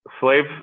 Slave